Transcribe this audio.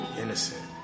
innocent